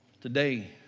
today